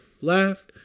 Laugh